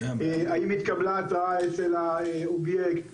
האם התקבלה התראה אצל האובייקט המותקף,